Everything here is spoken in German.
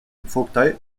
vogtei